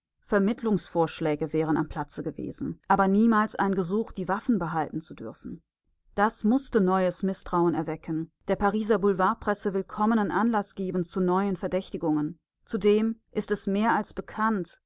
vermittlungs-vorschläge wären am platze gewesen aber niemals ein gesuch die waffen behalten zu dürfen das mußte neues mißtrauen erwecken der pariser boulevardpresse willkommenen anlaß geben zu neuen verdächtigungen zudem ist es mehr als bekannt